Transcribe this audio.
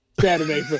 Saturday